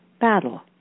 battle